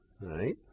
Right